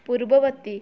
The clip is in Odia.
ପୂର୍ବବର୍ତ୍ତୀ